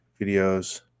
videos